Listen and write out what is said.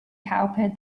cowper